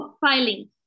filing